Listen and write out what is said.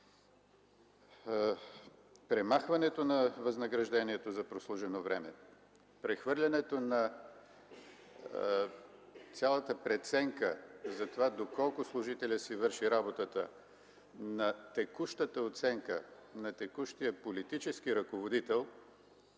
Премахването на възнаграждението за прослужено време, прехвърлянето на цялата преценка доколко служителят си върши работата на текущата оценка на текущия политически ръководител,